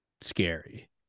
scary